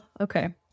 okay